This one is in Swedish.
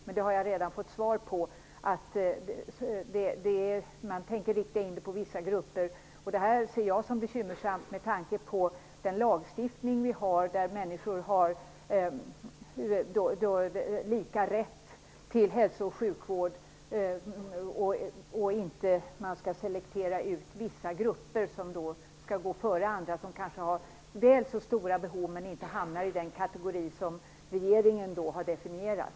Men jag har redan fått svar på den frågan. Man tänker rikta in det på vissa grupper. Jag ser det som bekymmersamt med tanke på den lagstiftning vi har som innebär att människor har lika rätt till hälso och sjukvård och att man inte skall selektera ut vissa grupper som skall gå före andra som kanske har väl så stora behov men inte hamnar i den kategori som regeringen har definierat.